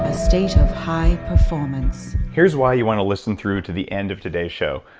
ah state of high performance here's why you want to listen through to the end of today's show.